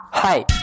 Hi